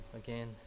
again